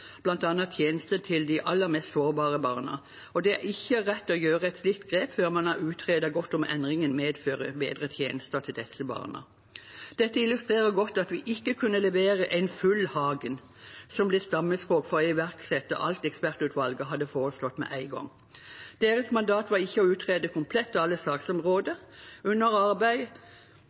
bedre tjenester til disse barna. Dette illustrerer godt at vi ikke kunne levere «en full Hagen», som ble stammespråk for å iverksette alt ekspertutvalget hadde foreslått, med én gang. Deres mandat var ikke å utrede komplett alle saksområder. Under